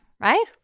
right